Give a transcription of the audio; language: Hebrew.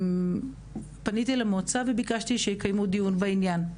פניתי למועצה וביקשתי שיקיימו דיון בעניין.